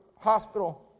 hospital